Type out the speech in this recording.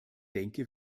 denke